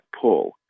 pull